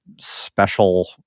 special